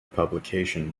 publication